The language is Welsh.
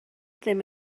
ddim